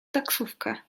taksówkę